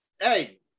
Hey